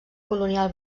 colonial